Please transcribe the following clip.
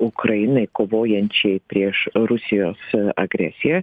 ukrainai kovojančiai prieš rusijos agresiją